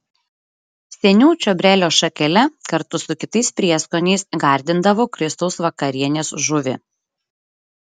seniau čiobrelio šakele kartu su kitais prieskoniais gardindavo kristaus vakarienės žuvį